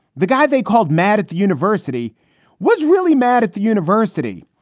the guy they called mad at the university was really mad at the university,